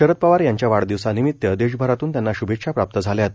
शरद पवार यांच्या वाढदिवसानिमित्त देशभरातून त्यांना श्भेच्छा प्राप्त झाल्यात